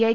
I